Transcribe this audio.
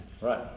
right